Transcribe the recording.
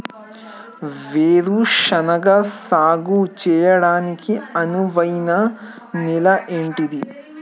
వేరు శనగ సాగు చేయడానికి అనువైన నేల ఏంటిది?